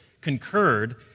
concurred